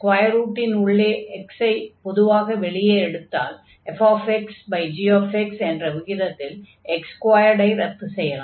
square ரூட்டின் உள்ளே இருக்கும் x ஐ பொதுவாக வெளியே எடுத்ததால் fxgx என்ற விகிதத்தில் x2 ஐ ரத்து செய்யலாம்